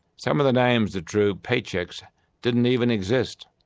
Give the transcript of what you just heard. some of the names that drew pay cheques didn't even exist.